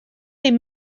les